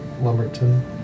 Lumberton